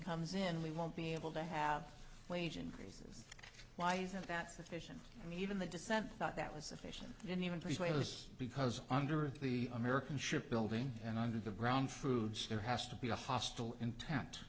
comes in we won't be able to have wage increases why isn't that sufficient and even the dissent thought that was sufficient and even persuade us because under the american ship building and under the ground foods there has to be a hostile intent